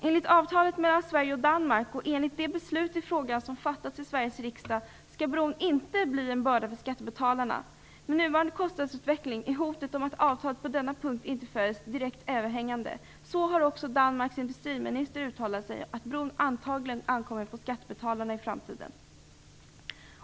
Enligt avtalet mellan Sverige och Danmark och enligt det beslut i frågan som fattats i Sveriges riksdag skall bron inte bli en börda för skattebetalarna. Med nuvarande kostnadsutveckling är dock hotet, om ett avtal på denna punkt inte följs, direkt överhängande. Också Danmarks industriminister har uttalat att bron i framtiden antagligen ankommer på skattebetalarna.